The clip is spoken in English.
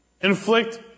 inflict